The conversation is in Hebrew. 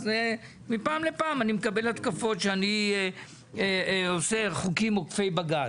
אז מפעם לפעם אני מקבל התקפות על כך שאני עושה חוקים עוקפי בג"ץ.